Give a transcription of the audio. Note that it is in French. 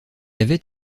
avait